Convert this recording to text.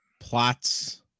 plots